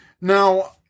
Now